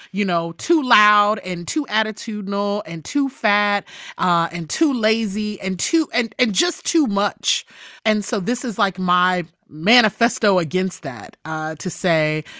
you know, too loud and too attitudinal and too fat and too lazy and too and and just too much and so this is, like, my manifesto against that to say,